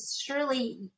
surely